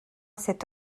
cet